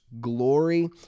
Glory